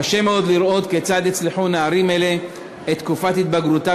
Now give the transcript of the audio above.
קשה מאוד לראות כיצד יצלחו נערים אלה את תקופת התבגרותם,